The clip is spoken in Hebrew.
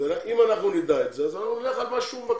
אם אנחנו נדע על זה אז אנחנו נלך על מה שהוא מבקש,